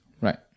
Right